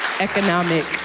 economic